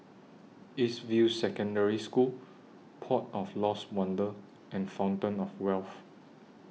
East View Secondary School Port of Lost Wonder and Fountain of Wealth